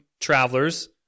travelers